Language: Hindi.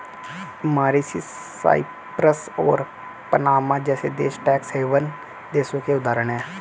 मॉरीशस, साइप्रस और पनामा जैसे देश टैक्स हैवन देशों के उदाहरण है